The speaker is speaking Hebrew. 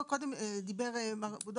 למרות